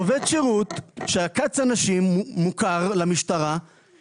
עובד שירות שמוכר למשטרה ועקץ אנשים,